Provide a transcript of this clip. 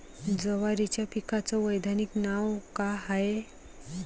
जवारीच्या पिकाचं वैधानिक नाव का हाये?